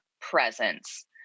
presence